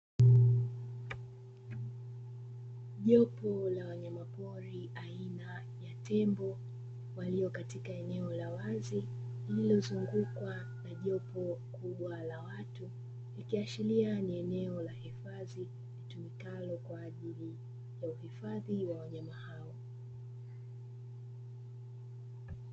Jopo la wanyama pori aina ya tembo, walio katika eneo la wazi lililozungukwa na jopo kubwa la watu, ikiashiria ni eneo la hifadhi litumikalo kwa ajili ya uhifadhi wa wanyama hao.